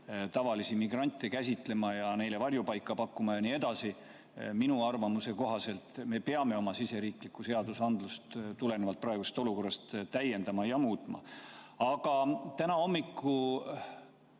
tavalisi migrante ja neile varjupaika pakkuma jne? Minu arvamuse kohaselt me peame oma siseriiklikku seadusandlust tulenevalt praegusest olukorrast täiendama ja muutma. Aga täna hommikul